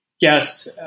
Yes